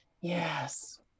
yes